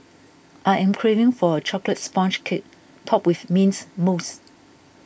I am craving for a Chocolate Sponge Cake Topped with Mint Mousse